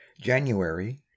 January